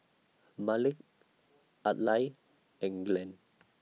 Malik Adlai and Glenn